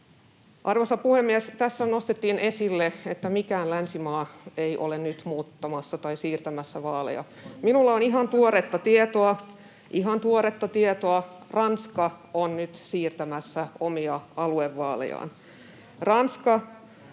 Arvoisa puhemies! Tässä nostettiin esille, että mikään länsimaa ei ole nyt siirtämässä vaaleja. [Perussuomalaisten ryhmästä: Kuka niin sanoi?] Minulla on ihan tuoretta tietoa: Ranska on nyt siirtämässä omia aluevaalejaan. Ranska